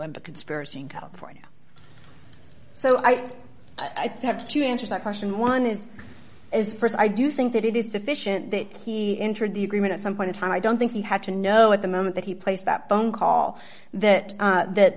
into conspiracy in california so i i think have to answer that question one is is st i do think that it is sufficient that he entered the agreement at some point in time i don't think he had to know at the moment that he placed that phone call that that th